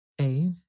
A